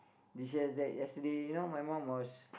dishes that yesterday you know my mom was